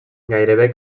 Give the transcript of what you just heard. gairebé